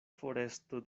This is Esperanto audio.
foresto